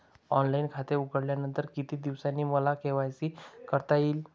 Online खाते उघडल्यानंतर किती दिवसांनी मला के.वाय.सी करता येईल?